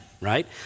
right